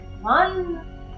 one